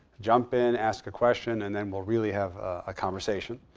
jump in, ask a question, and then we'll really have a conversation.